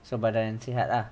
so badan yang sihat lah